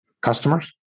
customers